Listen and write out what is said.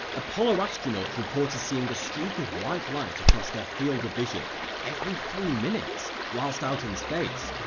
apollo astronauts reported seeing a streak of white light across their field of vision every three minutes, whilst out in space.